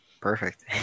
perfect